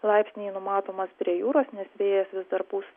laipsniai numatomas prie jūros nes vėjas vis dar pūs